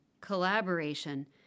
collaboration